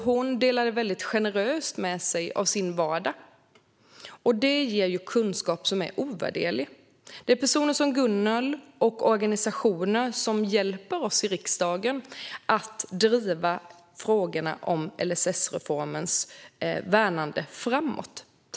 Hon delade väldigt generöst med sig av sin vardag, och det gav kunskap som är ovärderlig. Det är personer som Gunnel och organisationer som jobbar med de här frågorna som hjälper oss i riksdagen att driva frågorna om LSS-reformens värnande framåt.